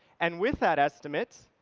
and with that estimate,